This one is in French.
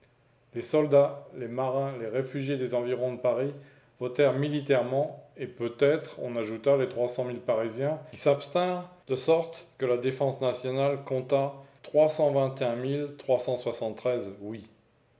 les soldats les marins les réfugiés des environs de paris votèrent militairement et peut-être on ajouta les trois cent mille parisiens qui s'abstinrent de sorte que la défense nationale compta